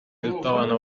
rutabana